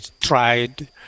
tried